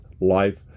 life